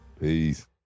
Peace